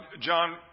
John